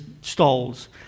stalls